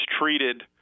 treated